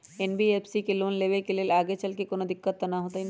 NBFC से loan लेबे से आगेचलके कौनो दिक्कत त न होतई न?